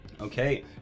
Okay